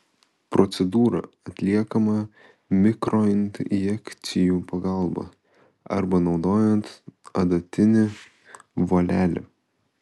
procedūra atliekama mikroinjekcijų pagalba arba naudojant adatinį volelį